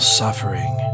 suffering